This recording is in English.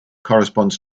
corresponds